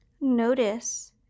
Notice